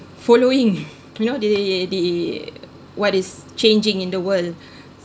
following you know the the what is changing in the world